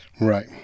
Right